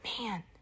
man